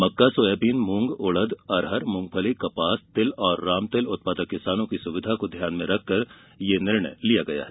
मक्का सोयाबीन मूंग उड़द अरहर मूंगफली कपास तिल और रामतिल उत्पादक किसानों की सुविधा को ध्यान में रखकर यह निर्णय लिया गया है